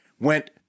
went